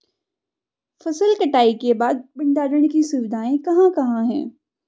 फसल कटाई के बाद भंडारण की सुविधाएं कहाँ कहाँ हैं?